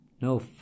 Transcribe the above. No